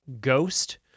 ghost